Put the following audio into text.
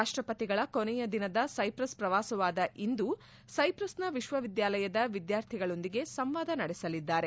ರಾಷ್ಷಪತಿಗಳ ಕೊನೆಯ ದಿನದ ಸೈಪ್ರಸ್ ಪ್ರವಾಸವಾದ ಇಂದು ಸೈಪ್ರಸ್ನ ವಿಶ್ವವಿದ್ಯಾಲಯದ ವಿದ್ಯಾರ್ಥಿಗಳೊಂದಿಗೆ ಸಂವಾದ ನಡೆಸಲಿದ್ದಾರೆ